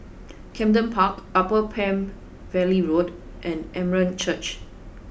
Camden Park Upper Palm Valley Road and Armenian Church